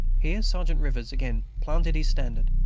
here sergeant rivers again planted his standard,